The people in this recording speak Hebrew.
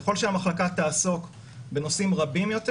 ככל שהמחלקה תעסוק בנושאים רבים יותר